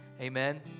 Amen